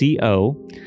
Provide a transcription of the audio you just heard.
CO